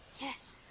Yes